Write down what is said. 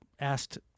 asked